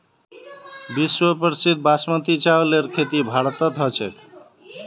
विश्व प्रसिद्ध बासमतीर चावलेर खेती भारतत ह छेक